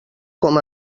com